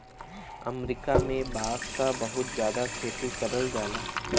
अमरीका में बांस क बहुत जादा खेती करल जाला